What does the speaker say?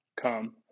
Come